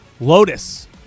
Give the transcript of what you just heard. Lotus